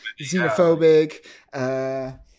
xenophobic